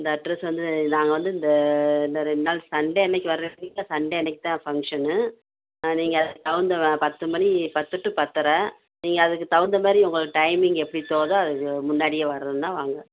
இந்த அட்ரஸ் வந்து நாங்கள் வந்து இந்த இன்னும் ரெண்டு நாள் சண்டே அன்னைக்கு வர்றிங்களா சண்டே அன்னைக்கு தான் ஃபங்க்ஷன்னு ஆ நீங்கள் அதுக்கு தகுந்த பத்து மணி பத்து டு பத்தரை நீங்கள் அதுக்கு தகுந்தமாரி உங்களுக்கு டைமிங் எப்படி தோதோ அதுக்கு முன்னாடியே வரதுன்னால் வாங்க